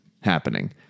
happening